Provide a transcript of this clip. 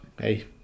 Hey